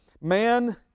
man